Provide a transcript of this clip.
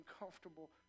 uncomfortable